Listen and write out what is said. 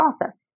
process